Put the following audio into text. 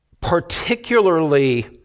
particularly